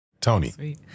Tony